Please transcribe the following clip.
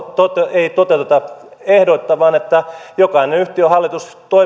ei toteuteta ehdoitta vaan jokainen yhtiön hallitus